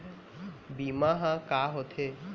बीमा ह का होथे?